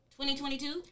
2022